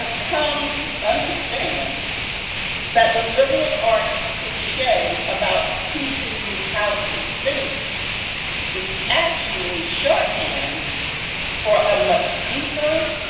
come to understand that the liberal arts cliche about teaching you how to think is actually shorthand for a much deeper,